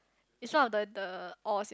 is one of the the ores